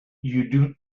you